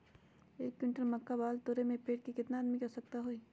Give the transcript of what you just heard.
एक क्विंटल मक्का बाल तोरे में पेड़ से केतना आदमी के आवश्कता होई?